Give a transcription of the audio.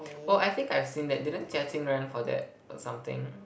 oh I think I've seen that didn't Jia-Qing run for that or something